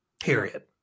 period